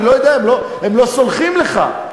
אני לא יודע, הם לא סולחים לך.